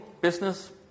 business